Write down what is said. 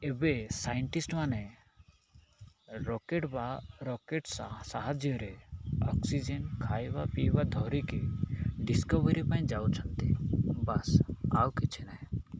ଏବେ ସାଇଣ୍ଟିଷ୍ଟ ମାନ ରକେଟ ବା ରକେଟ ସାହାଯ୍ୟରେ ଅକ୍ସିଜେନ୍ ଖାଇବା ପିଇବା ଧରିକି ଡିସ୍କୋଭରି ପାଇଁ ଯାଉଛନ୍ତି ବାସ୍ ଆଉ କିଛି ନାହିଁ